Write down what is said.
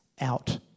out